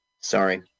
sorry